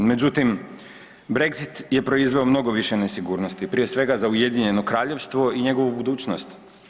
Međutim, Brexit je proizveo mnogo više nesigurnosti, prije svega za UK i njegovu budućnost.